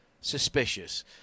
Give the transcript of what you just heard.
suspicious